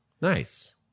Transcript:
Nice